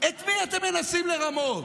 את מי אתם מנסים לרמות?